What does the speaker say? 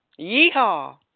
Yeehaw